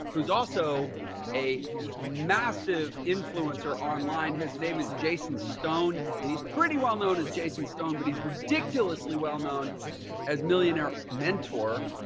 who's also a massive influencer online. his name is jason stone and he's pretty well known as jason stone, but he's ridiculously well known as millionaire mentor,